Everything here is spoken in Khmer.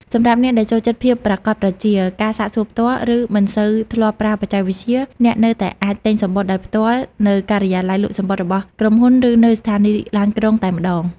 សម្រាប់អ្នកដែលចូលចិត្តភាពប្រាកដប្រជា ការសាកសួរផ្ទាល់ ឬមិនសូវធ្លាប់ប្រើបច្ចេកវិទ្យា អ្នកនៅតែអាច ទិញសំបុត្រដោយផ្ទាល់នៅការិយាល័យលក់សំបុត្ររបស់ក្រុមហ៊ុន ឬនៅស្ថានីយ៍ឡានក្រុង តែម្តង។